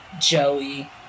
Joey